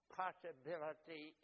possibility